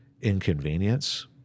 inconvenience